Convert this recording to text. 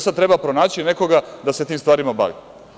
Sada treba pronaći nekoga da se tim stvarima bavi.